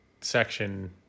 section